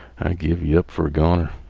i give yeh up fer a goner.